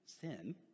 sin